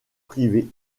privée